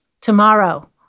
tomorrow